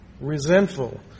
resentful